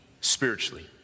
spiritually